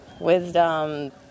wisdom